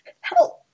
Help